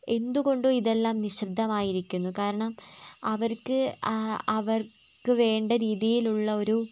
എന്തുകൊണ്ട് ഇതെല്ലാം നിശബ്ദമായിരിക്കുന്നു കാരണം അവർക്ക് അവർക്കു വേണ്ട രീതിയിലുള്ള ഒരു